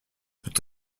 peut